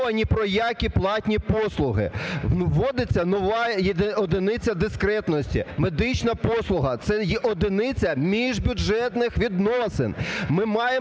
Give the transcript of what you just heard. мова ні про які платні послуги, вводиться нова одиниця дискретності – медична послуга, це є одиниця міжбюджетних відносин.